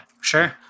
Sure